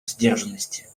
сдержанности